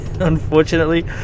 unfortunately